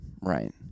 Right